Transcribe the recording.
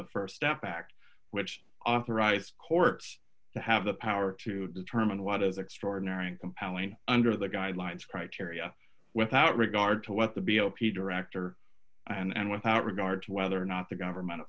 the st step back which authorized courts to have the power to determine what is extraordinary and compelling under the guidelines criteria without regard to what the b o p director and without regard to whether or not the government o